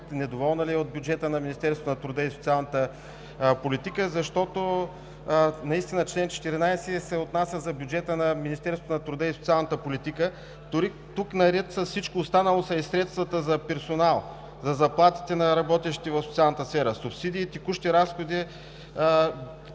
е доволна от бюджета на Министерството на труда и социалната политика, защото наистина чл. 14 се отнася за бюджета на Министерство на труда и социалната политика. Дори тук наред с всичко останало са и средствата за персонал, за заплатите на работещи в социалната сфера, субсидии и текущи разходи,